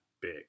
big